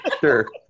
Sure